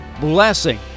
blessing